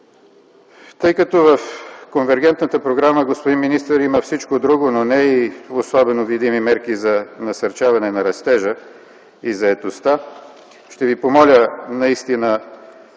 Тъй като в конвергентната програма, господин министър, има всичко друго, но не и особено видими мерки за насърчаване на растежа и заетостта, ще Ви помоля наистина